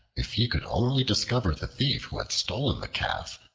if he could only discover the thief who had stolen the calf,